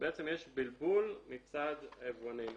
שבעצם יש בלבול מצד היבואנים.